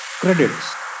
Credits